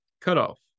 cutoff